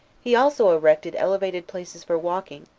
he also erected elevated places for walking,